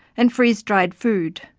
and freeze dried food,